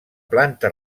planta